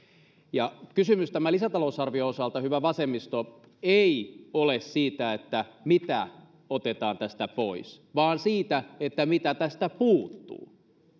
kysymys tämän lisätalousarvion osalta hyvä vasemmisto ei ole siitä mitä otetaan tästä pois vaan siitä mitä tästä puuttuu